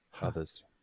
Others